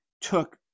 took